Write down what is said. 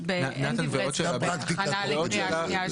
ואין דברי הסבר להכנה לקריאה שנייה ושלישית.